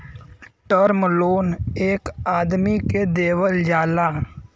term loan एक आदमी के देवल जाला